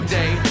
day